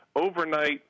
overnight